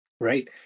Right